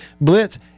Blitz